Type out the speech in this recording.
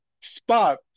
spot